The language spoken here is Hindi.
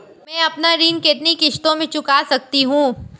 मैं अपना ऋण कितनी किश्तों में चुका सकती हूँ?